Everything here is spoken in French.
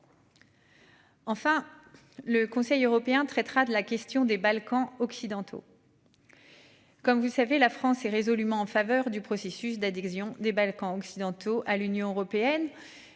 Enfin le Conseil européen traitera de la question des Balkans occidentaux.-- Comme vous savez, la France est résolument en faveur du processus d'adhésion des Balkans occidentaux à l'Union européenne